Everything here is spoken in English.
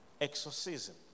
exorcism